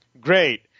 Great